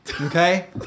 okay